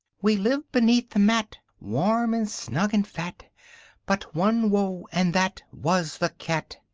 we lived beneath the mat warm and snug and fat but one woe, and that was the cat!